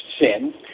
sin